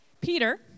Peter